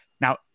Now